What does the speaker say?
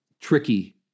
tricky